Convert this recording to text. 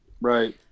Right